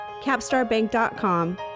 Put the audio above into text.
capstarbank.com